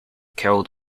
killed